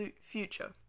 future